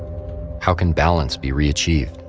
how can balance be re-achieved?